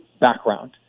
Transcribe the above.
background